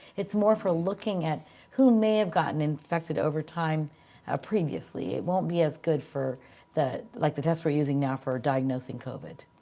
it's more for looking at who may have gotten infected over time ah previously. it won't be as good for the. like the test we're using now for diagnosing covid.